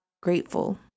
grateful